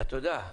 אתה יודע,